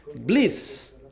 Bliss